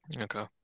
Okay